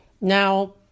Now